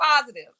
positive